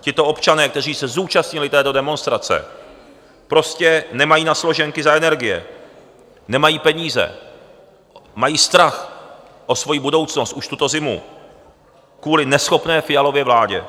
Tito občané, kteří se zúčastnili této demonstrace, prostě nemají na složenky za energie, nemají peníze, mají strach o svojí budoucnost už tuto zimu kvůli neschopné Fialově vládě.